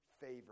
favor